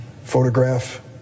photograph